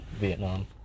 vietnam